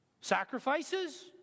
Sacrifices